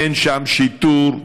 אין שם שיטור.